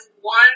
one